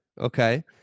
Okay